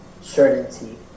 certainty